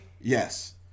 Yes